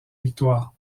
victoire